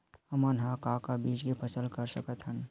हमन ह का का बीज के फसल कर सकत हन?